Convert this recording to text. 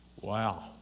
Wow